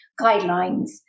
guidelines